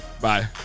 bye